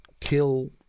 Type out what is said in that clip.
kill